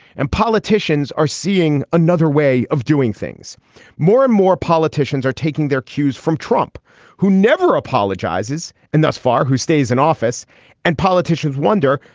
and politicians are seeing another way of doing things more and more politicians are taking their cues from trump who never apologizes and thus far who stays in office and politicians wonder.